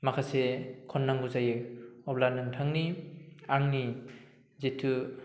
माखासे खननांगौ जायो अब्ला नोंथांनि आंनि जितु